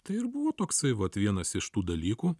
tai ir buvo toksai vat vienas iš tų dalykų